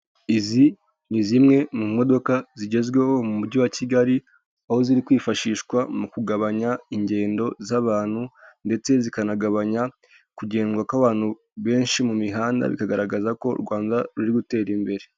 Izi ni zimwe mu modoka zigezweho mu mujyi wa Kigali, aho ziri kwifashishwa mu kugabanya ingendo z'abantu, ndetse zikanagabanya kugenda kw'abantu benshi mu mihanda bikagaragaza ko u Rwanda ruri gutera imbere.